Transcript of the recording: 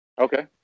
Okay